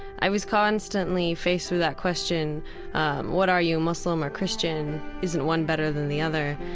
i was constantly faced with that question what are you, muslim or christian? isn't one better than the other?